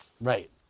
Right